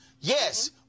Yes